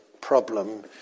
problem